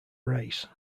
race